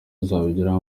tuzabagezaho